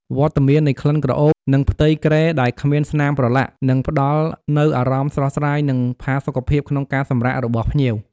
វត្តមាននៃក្លិនក្រអូប និងផ្ទៃគ្រែដែលគ្មានស្នាមប្រឡាក់ នឹងផ្តល់នូវអារម្មណ៍ស្រស់ស្រាយ និងផាសុកភាពក្នុងការសម្រាករបស់ភ្ញៀវ។